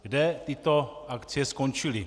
Kde tyto akcie skončily?